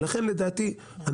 לכן לדעתי,